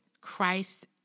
Christ